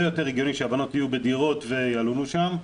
יותר הגיוני שהבנות יהיו בדירות וילונו שם,